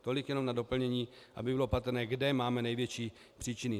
Tolik jenom na doplnění, aby bylo patrné, kde máme největší příčiny.